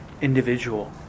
individual